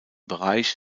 bereich